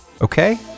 okay